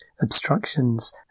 Obstructions